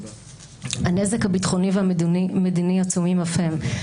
הנזק הביטחוני והמדיני עצומים אף הם.